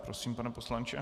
Prosím, pane poslanče.